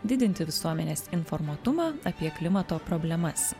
didinti visuomenės informuotumą apie klimato problemas